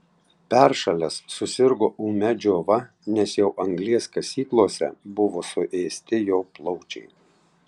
peršalęs susirgo ūmia džiova nes jau anglies kasyklose buvo suėsti jo plaučiai